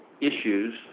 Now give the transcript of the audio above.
issues